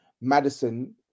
Madison